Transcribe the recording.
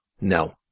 No